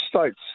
states